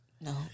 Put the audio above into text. No